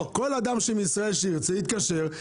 כל אדם מישראל שירצה יתקשר.